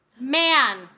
Man